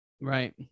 right